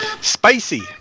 spicy